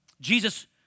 Jesus